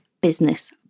business